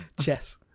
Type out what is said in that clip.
Chess